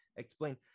explain